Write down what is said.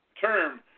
term